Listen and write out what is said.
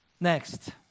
Next